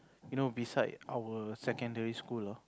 you know beside our secondary school lah